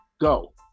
go